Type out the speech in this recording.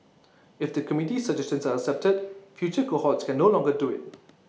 if the committee's suggestions are accepted future cohorts can no longer do IT